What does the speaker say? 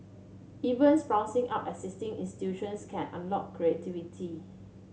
even sprucing up existing institutions can unlock creativity